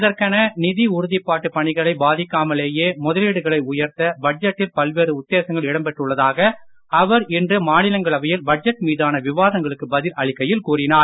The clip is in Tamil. இதற்கென நிதி உறுதிப்பாட்டு பணிகளை பாதிக்காமலேயே முதலீடுகளை உயர்த்த பட்ஜெட்டில் பல்வேறு உத்தேசங்கள் இடம்பெற்றுள்ளதாக அவர் இன்று மாநிலங்களவையில் பட்ஜெட் மீதான விவாதங்களுக்கு பதில் அளிக்கையில் கூறினார்